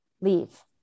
Leave